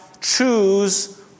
choose